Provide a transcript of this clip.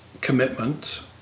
commitment